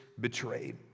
betrayed